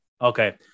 Okay